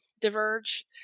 diverge